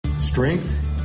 Strength